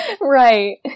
Right